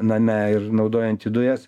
name ir naudojanti dujas